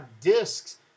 discs